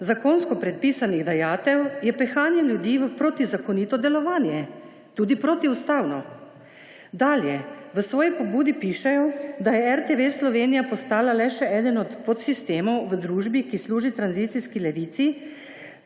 zakonsko predpisanih dajatev, je pehanje ljudi v protizakonito delovanje, tudi protiustavno. Dalje, v svoji pobudi pišejo, da je RTV Slovenija postala le še eden od podsistemov v družbi, ki služi tranzicijski levici,